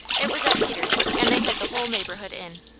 it was at peters', and they had the whole neighbourhood in.